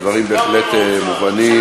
הדברים בהחלט מובנים.